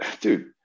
dude